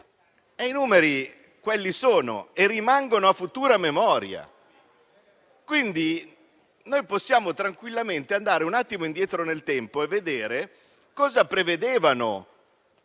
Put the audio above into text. e i numeri quelli sono e rimangono a futura memoria: quindi, possiamo tranquillamente andare indietro nel tempo e vedere cosa prevedevano